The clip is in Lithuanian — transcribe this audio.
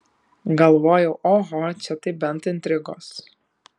galvojau oho čia tai bent intrigos